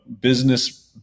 business